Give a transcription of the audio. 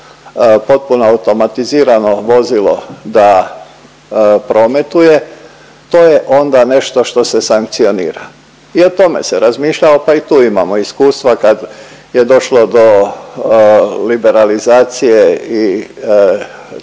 potpuno automatizirano vozilo da prometuje to je onda nešto što se sankcionira. I o tome se razmišljalo pa i tu imamo iskustva kad je došlo do liberalizacije i taxi